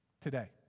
today